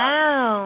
Wow